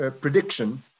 prediction